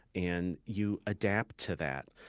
and you adapt to that.